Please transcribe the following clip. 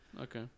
Okay